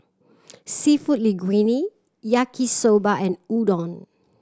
Seafood Linguine Yaki Soba and Udon